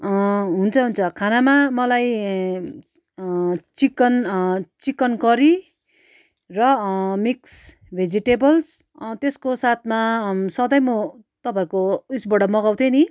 अँ हुन्छ हुन्छ खानामा मलाई चिकन चिकन करी र मिक्स भेजिटेबल्स त्यसको साथमा सधैँ म तपाईँहरूको उइसबाट मगाउँथे नि